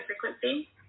frequency